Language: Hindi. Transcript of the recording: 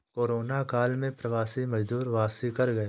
कोरोना काल में प्रवासी मजदूर वापसी कर गए